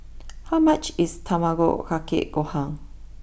how much is Tamago Kake Gohan